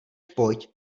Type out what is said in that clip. pojď